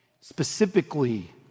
Specifically